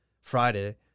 Friday